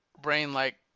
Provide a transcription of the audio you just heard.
brain-like